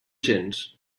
gens